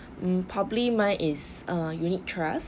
mm probably mine is err unit trust